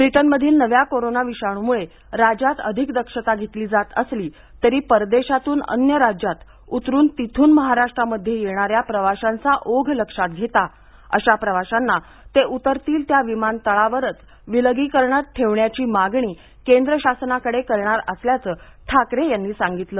ब्रिटनमधील नव्या कोरोना विषाणूमुळे राज्यात अधिक दक्षता घेतली जात असली तरी परदेशातून अन्य राज्यात उतरून तिथून महाराष्ट्रामध्ये येणाऱ्या प्रवाशांचा ओघ लक्षात घेता अशा प्रवाशांना ते उतरतील त्या विमानतळांवरच विलगीकरणात ठेवण्याची मागणी केंद्र शासनाकडे करणार असल्याचं ठाकरे यांनी सांगितलं